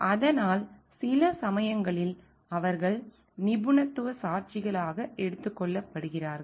அதனால் சில சமயங்களில் அவர்கள் நிபுணத்துவ சாட்சிகளாக எடுத்துக்கொள்ளப்படுகிறார்கள்